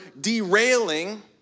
derailing